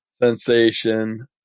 sensation